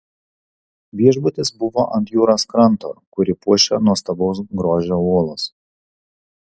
viešbutis buvo ant jūros kranto kurį puošia nuostabaus grožio uolos